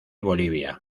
bolivia